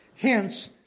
Hence